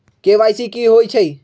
KYC कि होई छई?